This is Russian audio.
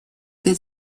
этой